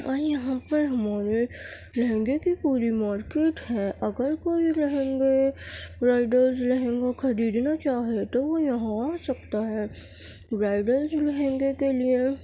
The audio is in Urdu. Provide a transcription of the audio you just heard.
اور یہاں پر ہمارے لہنگے کی پوری مارکیٹ ہے اگر کوئی لہنگے برائڈلز لہنگا خریدنا چاہے تو وہ یہاں آ سکتا ہے برائڈلز لہنگے کے لیے